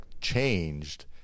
changed